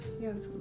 Yes